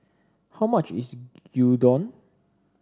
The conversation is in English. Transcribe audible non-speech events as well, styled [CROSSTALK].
how much is [UNINTELLIGIBLE] Gyudon